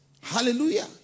Hallelujah